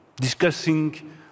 discussing